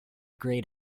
grayed